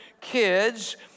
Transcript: kids